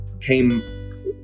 came